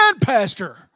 pastor